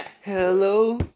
hello